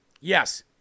Yes